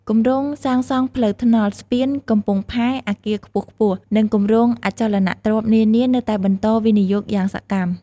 គម្រោងសាងសង់ផ្លូវថ្នល់ ស្ពាន កំពង់ផែ អគារខ្ពស់ៗ និងគម្រោងអចលនទ្រព្យនានានៅតែបន្តវិនិយោគយ៉ាងសកម្ម។